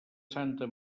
santa